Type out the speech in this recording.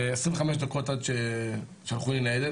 ורק אחרי 25 דקות שלחו לי ניידת.